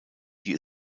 die